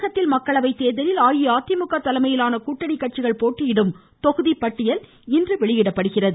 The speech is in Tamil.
தமிழகத்தில் மக்களவைத் தேர்தலில் அஇஅதிமுக தலைமையிலான கூட்டணி கட்சிகள் போட்டியிடும் தொகுதிப்பட்டியல் இன்று வெளியிடப்படுகிறது